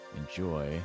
Enjoy